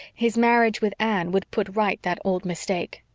his marriage with anne would put right that old mistake.